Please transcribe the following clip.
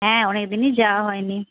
হ্যাঁ অনেকদিনই যাওয়া হয়নি